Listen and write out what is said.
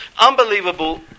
unbelievable